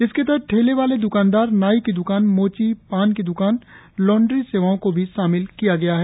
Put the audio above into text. इसके तहत ठेले वाले द्रकानदार नाई की द्कान मोची पान की द्रकान लॉन्ड्री सेवाओं को भी शामिल किया गया है